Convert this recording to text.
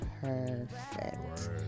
perfect